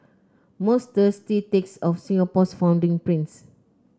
most thirsty takes of Singapore's founding prince